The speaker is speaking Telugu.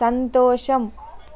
సంతోషం